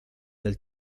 del